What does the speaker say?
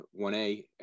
1A